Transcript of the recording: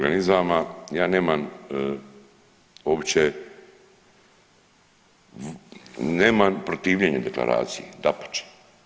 Ja nemam uopće, nemam protivljenje deklaracije, dapače.